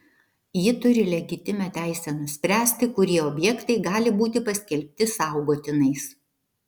ji turi legitimią teisę nuspręsti kurie objektai gali būti paskelbti saugotinais